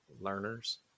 learners